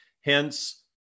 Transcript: hence